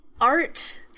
art